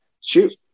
shoot